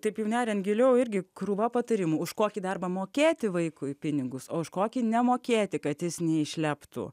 taip jau neriant giliau irgi krūva patarimų už kokį darbą mokėti vaikui pinigus o už kokį nemokėti kad jis neišleptų